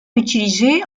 utilisé